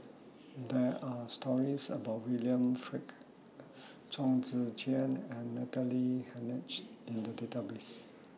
There Are stories about William Farquhar Chong Tze Chien and Natalie Hennedige in The Database